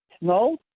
No